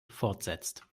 fortsetzt